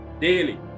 Daily